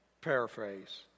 paraphrase